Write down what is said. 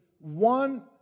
one